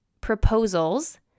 proposals